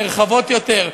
נרחבות יותר,